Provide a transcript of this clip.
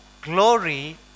glory